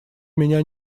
меня